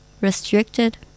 restricted